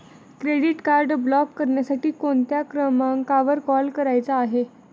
Credit card block करण्यासाठी कोणत्या क्रमांकावर कॉल करायचा आहे?